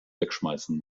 wegschmeißen